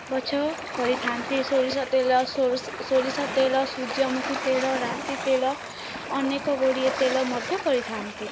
ଗଛ କରିଥାନ୍ତି ସୋରିଷ ତେଲ ସୋରିଷ ତେଲ ସୂର୍ଯ୍ୟମୁଖୀ ତେଲ ରାଶି ତେଲ ଅନେକ ଗୁଡ଼ିଏ ତେଲ ମଧ୍ୟ କରିଥାନ୍ତି